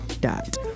dot